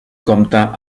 compta